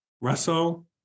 Russell